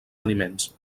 aliments